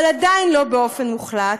אבל עדיין לא באופן מוחלט,